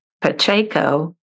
Pacheco